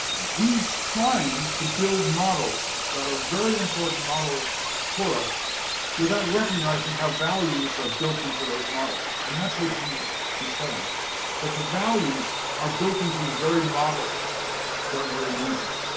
he's trying to build models that are very important models for us without recognizing how values are built into those models. and that's what gene is telling us that the values are built into the very models that we're using